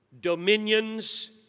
dominions